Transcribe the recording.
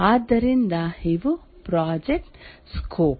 ಆದ್ದರಿಂದ ಇವು project scope